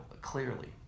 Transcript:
clearly